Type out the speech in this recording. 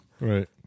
right